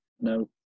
No